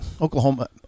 Oklahoma